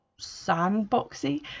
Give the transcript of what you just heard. sandboxy